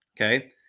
Okay